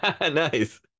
nice